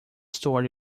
story